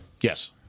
Yes